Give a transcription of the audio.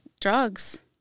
drugs